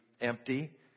empty